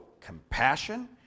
compassion